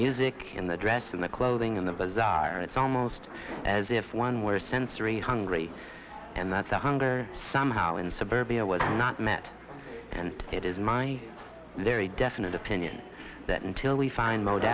music in the dress in the clothing in the bazaar it's almost as if one were sensory hungry and that's a hunger somehow in suburbia was not met and it is my very definite opinion that until we find mode